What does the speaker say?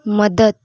مدد